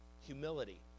Humility